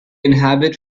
inhabit